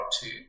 two